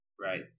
Right